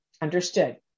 Understood